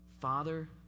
Father